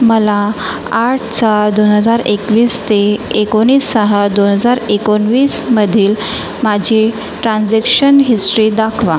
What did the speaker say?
मला आठ सहा दोन हजार एकवीस ते एकोणीस सहा दोन हजार एकोणवीसमधील माझी ट्रान्जेक्शन हिस्टे दाखवा